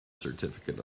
certificate